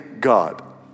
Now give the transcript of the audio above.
God